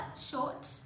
short